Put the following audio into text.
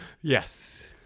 Yes